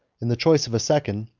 in the choice of a second,